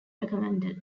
recommended